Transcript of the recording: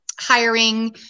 hiring